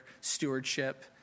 stewardship